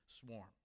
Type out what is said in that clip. swarm